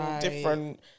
different